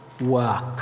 work